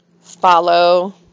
follow